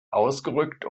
ausgerückt